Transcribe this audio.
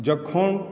जखन